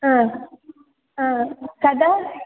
हा हा कदा